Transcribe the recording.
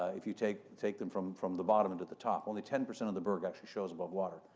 ah if you take take them from from the bottom and to the top. only ten percent of the berg actually shows above water.